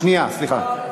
שנייה, סליחה.